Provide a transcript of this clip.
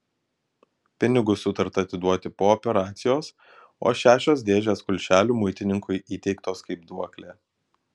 pinigus sutarta atiduoti po operacijos o šešios dėžės kulšelių muitininkui įteiktos kaip duoklė